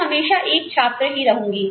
मैं हमेशा एक छात्र ही रहूँगी